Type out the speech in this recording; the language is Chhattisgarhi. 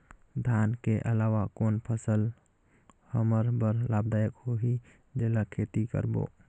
धान के अलावा कौन फसल हमर बर लाभदायक होही जेला खेती करबो?